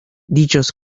dichos